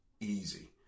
easy